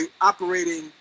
operating